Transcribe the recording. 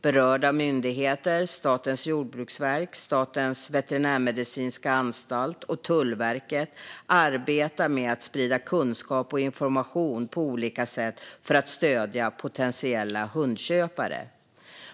Berörda myndigheter - Statens jordbruksverk, Statens veterinärmedicinska anstalt och Tullverket - arbetar med att sprida kunskap och information på olika sätt för att stödja potentiella hundköpare.